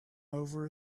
over